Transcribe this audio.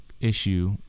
issue